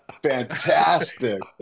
Fantastic